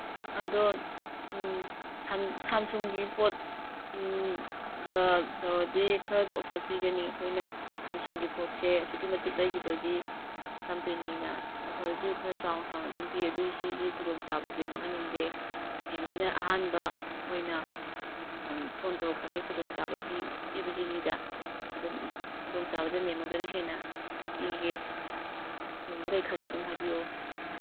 ꯑꯗꯣ ꯎꯝ ꯁꯝꯁꯨꯡꯒꯤ ꯄꯣꯠ ꯒ ꯇꯧꯔꯗꯤ ꯈꯔꯗꯤ ꯑꯣꯐꯔ ꯄꯤꯒꯅꯤ ꯑꯩꯈꯣꯏꯅ ꯁꯝꯁꯨꯡꯒꯤ ꯄꯣꯠꯁꯦ ꯑꯁꯨꯛꯀꯤ ꯃꯇꯤꯛ ꯂꯩꯒꯤꯕꯒꯤ ꯀꯝꯄꯦꯅꯤꯅ ꯑꯣꯐꯔꯁꯨ ꯈꯔ ꯆꯥꯎ ꯆꯥꯎꯅ ꯑꯗꯨꯝ ꯄꯤ ꯑꯗꯨꯏ ꯁꯤꯒꯤ ꯈꯨꯗꯣꯡ ꯆꯥꯕꯁꯦ ꯃꯥꯡꯍꯟꯅꯤꯡꯗꯦ ꯃꯦꯝꯍꯣꯏꯅ ꯑꯍꯥꯟꯕ ꯑꯣꯏꯅ ꯐꯣꯟ ꯇꯧꯔꯛꯄꯅꯤ ꯈꯨꯗꯣꯡ ꯆꯥꯕ ꯄꯤꯕꯁꯤꯒꯤꯗ ꯑꯗꯨꯝ ꯈꯨꯗꯣꯡ ꯆꯥꯕꯁꯦ ꯃꯦꯝꯍꯣꯏꯗꯅ ꯍꯦꯟꯅ ꯄꯤꯒꯦ ꯃꯦꯝꯍꯣꯏ ꯀꯩ ꯈꯜꯂꯤ ꯑꯗꯨꯝ ꯍꯥꯏꯕꯤꯌꯨ